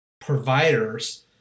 providers